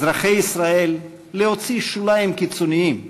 אזרחי ישראל, להוציא שוליים קיצוניים,